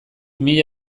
mila